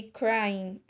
crying